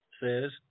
says